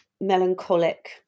melancholic